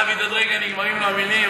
דוד, עוד רגע נגמרות לו המילים.